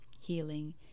healing